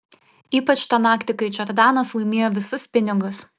ypač tą naktį kai džordanas laimėjo visus pinigus